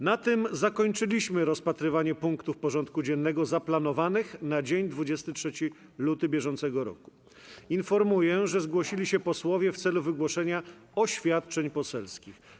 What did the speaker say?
Na tym zakończyliśmy rozpatrywanie punktów porządku dziennego zaplanowanych na dzień 23 lutego br. Informuję, że zgłosili się posłowie w celu wygłoszenia oświadczeń poselskich.